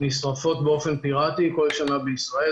נשרפות באופן פירטי בכל שנה בישראל,